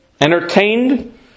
entertained